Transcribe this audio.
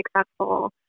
successful